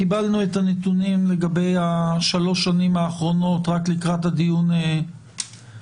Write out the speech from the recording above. קיבלנו את הנתונים לגבי שלוש השנים האחרונות רק לקראת הדיון הקודם.